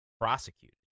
prosecuted